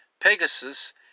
Pegasus